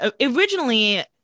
originally